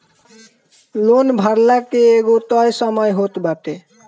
loan भरला के एगो तय समय होत बाटे